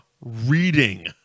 reading